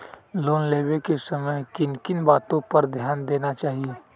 Loan लेने के समय किन किन वातो पर ध्यान देना चाहिए?